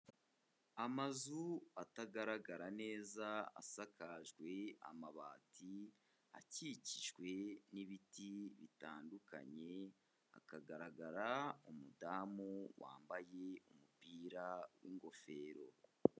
Amazu atagaragara neza asakajwe amabati akikijwe n'ibiti bitandukanye, hakagaragara umudamu wambaye umupira w'ingofero.